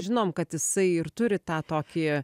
žinom kad jisai ir turi tą tokį